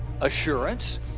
assurance